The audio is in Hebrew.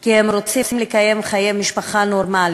כי הם רוצים לקיים חיי משפחה נורמליים,